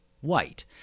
white